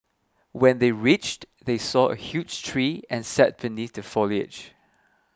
when they reached they saw a huge tree and sat beneath the foliage